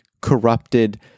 corrupted